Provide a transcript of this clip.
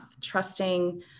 trusting